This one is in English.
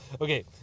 Okay